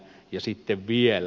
ja sitten vielä